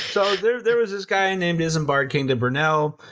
so, there there was this guy named isambard kingdom brunel.